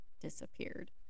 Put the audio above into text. disappeared